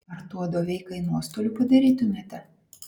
ar tuo doveikai nuostolių padarytumėte